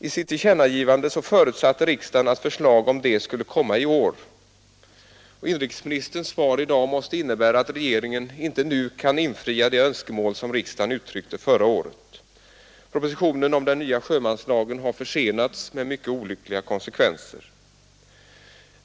I sitt tillkännagivande förutsatte riksdagen att förslag härom skulle framläggas i år. Inrikesministerns svar i dag måste innebära att regeringen inte nu kan uppfylla det önskemål som riksdagen uttryckte förra året. Propositionen om den nya sjömanslagen har försenasts med mycket olyckliga konsekvenser.